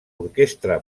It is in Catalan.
orquestra